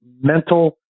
mental